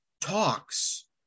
talks